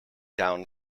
down